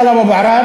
טלב אבו עראר,